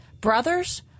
brothers